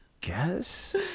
guess